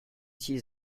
six